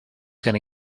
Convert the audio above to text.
gonna